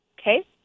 Okay